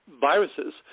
viruses